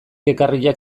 ekarriak